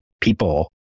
people